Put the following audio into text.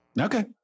Okay